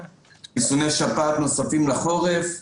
חיסוני שפעת נוספים לחורף.